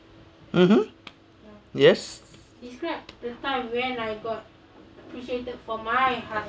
mmhmm yes